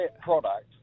product